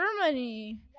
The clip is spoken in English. Germany